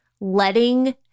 letting